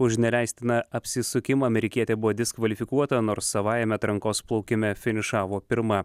už neleistiną apsisukimą amerikietė buvo diskvalifikuota nors savajame atrankos plaukime finišavo pirma